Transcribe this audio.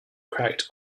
cracked